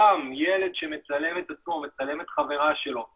גם ילד שמצלם את עצמו, מצלם את חברה שלו ושולח,